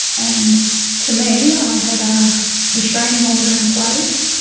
and to me, i had a restraining order in place,